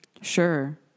sure